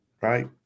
right